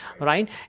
right